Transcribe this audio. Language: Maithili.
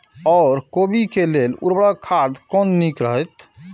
ओर कोबी के लेल उर्वरक खाद कोन नीक रहैत?